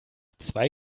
zwei